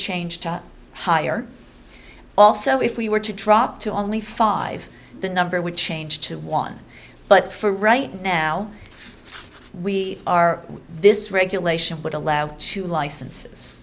change to higher also if we were to drop to only five the number would change to one but for right now we are this regulation would allow two license